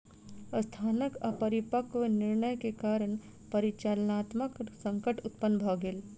संस्थानक अपरिपक्व निर्णय के कारण परिचालनात्मक संकट उत्पन्न भ गेल